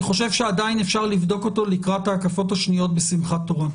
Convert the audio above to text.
אני חושב שעדיין אפשר לבדוק אותו לקראת ההקפות השניות בשמחת תורה.